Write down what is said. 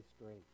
straight